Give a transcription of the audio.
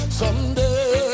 someday